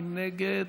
מי נגד?